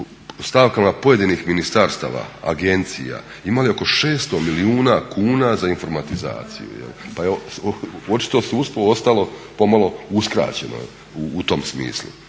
stavkama pojedinih ministarstava, agencija imali oko 600 milijuna kuna za informatizaciju. Pa je očito sudstvo ostalo pomalo uskraćeno u tom smislu,